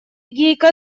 гейка